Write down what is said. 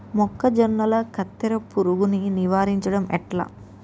మొక్కజొన్నల కత్తెర పురుగుని నివారించడం ఎట్లా?